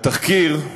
התחקיר,